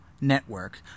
network